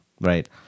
right